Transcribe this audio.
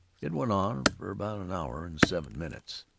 it went on for about an hour and seven minutes.